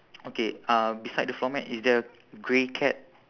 okay uh beside the floor mat is there a grey cat